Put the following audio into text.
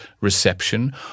reception